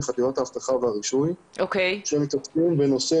חטיבת האבטחה והרישוי שעוסקים בנושא